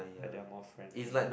and they are more friendly